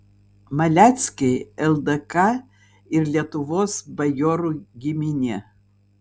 maleckiai ldk ir lietuvos bajorų giminė